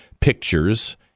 pictures